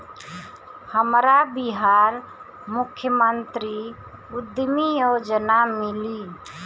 हमरा बिहार मुख्यमंत्री उद्यमी योजना मिली?